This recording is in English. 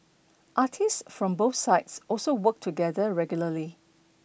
artists from both sides also work together regularly